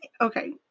okay